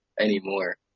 anymore